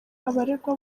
abaregwa